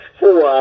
four